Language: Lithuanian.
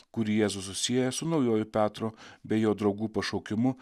kurį jėzus susieja su naujuoju petro bei jo draugų pašaukimu